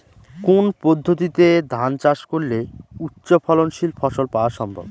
কোন পদ্ধতিতে ধান চাষ করলে উচ্চফলনশীল ফসল পাওয়া সম্ভব?